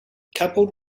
coupled